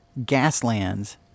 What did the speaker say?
Gaslands